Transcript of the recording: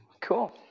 cool